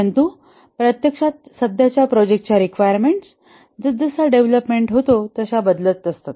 परंतु प्रत्यक्षात सध्याच्या प्रोजेक्ट च्या रिक्वायरमेंट्स जसजसा डेव्हलपमेंट होतो तशा बदलत असतात